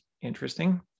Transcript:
Interesting